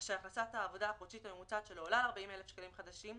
אשר הכנסת העבודה החודשית הממוצעת שלו עולה על 40,000 שקלים חדשים,